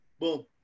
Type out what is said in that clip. boom